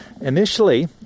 initially